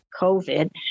COVID